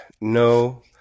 No